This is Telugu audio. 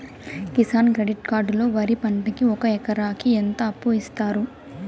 కిసాన్ క్రెడిట్ కార్డు లో వరి పంటకి ఒక ఎకరాకి ఎంత అప్పు ఇస్తారు?